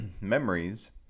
memories